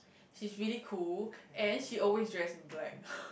she's really cool and she always dress in black